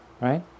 Right